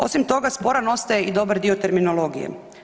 Osim toga sporan ostaje i dobar dio terminologije.